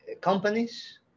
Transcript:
companies